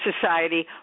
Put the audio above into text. society